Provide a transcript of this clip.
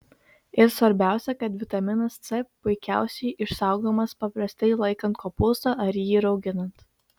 ir svarbiausia kad vitaminas c puikiausiai išsaugomas paprastai laikant kopūstą ar jį rauginant